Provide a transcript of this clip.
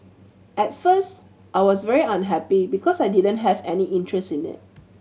at first I was very unhappy because I didn't have any interest in it